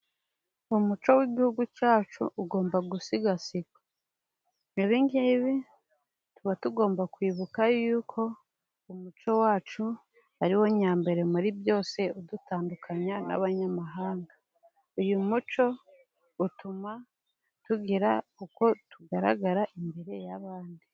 Umuco w'igihugu cyacu ugomba gusigasirwa. Ibingibi tuba tugomba kwibuka y'uko umuco wacu ari wo nyambere muri byose, udutandukanya n'abanyamahanga. Uyu muco utuma tugira uko tugaragara imbere y'abandi.